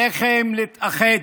עליכם להתאחד.